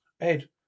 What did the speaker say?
Ed